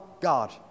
God